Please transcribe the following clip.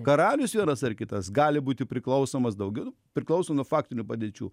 karalius vienas ar kitas gali būti priklausomas daugiau priklauso nuo faktinių padėčių